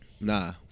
Nah